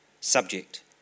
subject